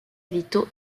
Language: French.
vito